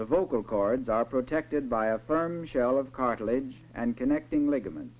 the vocal cords are protected by a firm shell of cartilage and connecting ligament